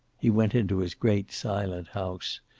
he went into his great, silent house,